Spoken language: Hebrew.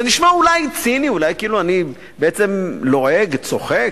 זה נשמע אולי ציני, כאילו אני בעצם לועג, צוחק.